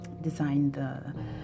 designed